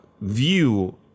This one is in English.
view